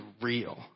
real